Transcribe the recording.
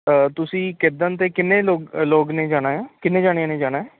ਤੁਸੀਂ ਕਿੱਦਣ ਅਤੇ ਕਿੰਨੇ ਲੋ ਲੋਕਾਂ ਨੇ ਜਾਣਾ ਹੈ ਕਿੰਨੇ ਜਣਿਆ ਨੇ ਜਾਣਾ ਹੈ